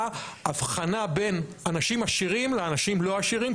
הבחנה בין אנשים עשירים לאנשים לא עשירים.